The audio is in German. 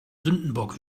sündenbock